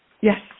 yes